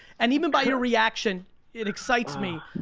and even by your reaction it excites me.